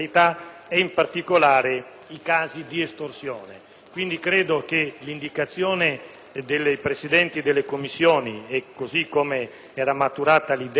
quindi che le indicazioni dei Presidenti delle Commissioni riunite, così come era maturata l'idea all'interno delle Commissioni stesse, possano essere un segnale positivo